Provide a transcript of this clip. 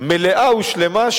מלאה ושלמה,